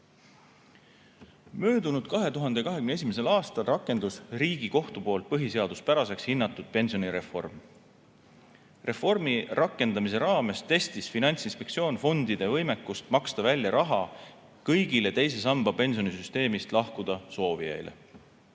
Möödunud, 2021. aastal rakendus Riigikohtu poolt põhiseaduspäraseks hinnatud pensionireform. Reformi rakendamise raames testis Finantsinspektsioon fondide võimekust maksta välja raha kõigile teise samba pensionisüsteemist lahkuda soovijaile.